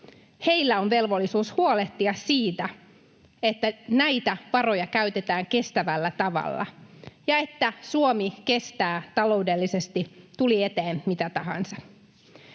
varat, on velvollisuus huolehtia siitä, että näitä varoja käytetään kestävällä tavalla ja että Suomi kestää taloudellisesti, tuli eteen mitä tahansa.